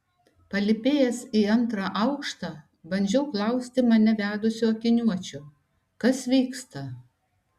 palypėjęs į antrą aukštą bandžiau klausti mane vedusio akiniuočio kas vyksta